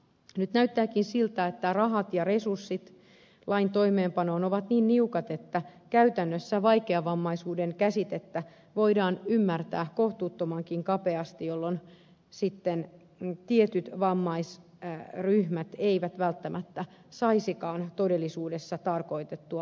nyt näyttääkin siltä että rahat ja resurssit lain toimeenpanoon ovat niin niukat että käytännössä vaikeavammaisuuden käsitettä voidaan ymmärtää kohtuuttomankin kapeasti jolloin sitten tietyt vammaisryhmät eivät välttämättä saisikaan todellisuudessa tarkoitettua oikeutta apuun